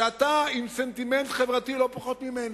שאתה עם סנטימנט חברתי לא פחות ממני: